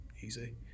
easy